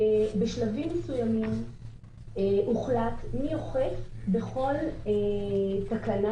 בשלבים מסוימים הוחלט מי אוכף בכל תקנה,